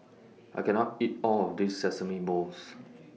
I can't eat All of This Sesame Balls